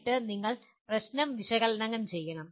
എന്നിട്ട് നിങ്ങൾ പ്രശ്നം വിശകലനം ചെയ്യണം